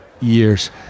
years